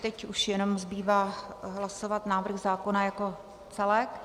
Teď už jenom zbývá hlasovat návrh zákona jako celek.